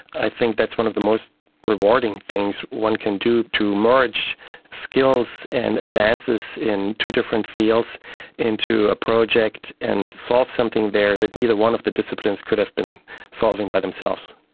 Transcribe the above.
i think that's one of the most rewarding things one can do to merge skills and advances in two different fields into a project and solve something there that neither one of the disciplines could have been solving by themselves.